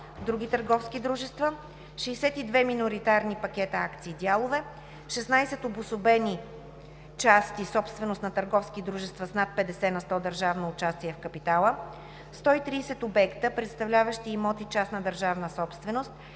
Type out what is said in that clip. други търговски дружества; 62 миноритарни пакета акции/дялове; 16 обособени части, собственост на търговски дружества с над 50 на сто държавно участие в капитала; 130 обекта, представляващи имоти-частна държавна собственост